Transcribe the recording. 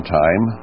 time